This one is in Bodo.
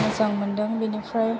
मोजां मोनदों बेनिफ्राय